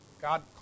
God